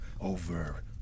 over